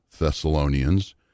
Thessalonians